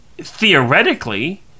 theoretically